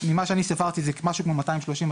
ממה שאני ספרתי זה משהו כמו 230,000,